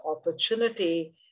opportunity